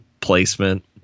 placement